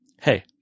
hey